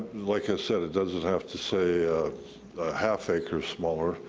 like i said, it doesn't have to say a half-acre smaller.